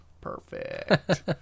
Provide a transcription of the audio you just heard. Perfect